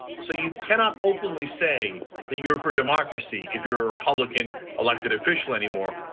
so you cannot openly say that you're for democracy. if you're a republican-elected official anymore,